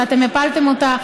ואתם הפלתם אותה,